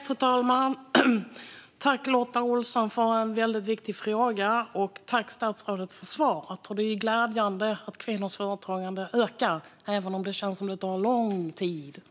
Fru talman! Tack, Lotta Olsson, för en väldigt viktig fråga, och tack, statsrådet, för svaret! Det är glädjande att kvinnors företagande ökar, även om det känns som att det tar lång tid.